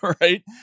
Right